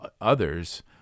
others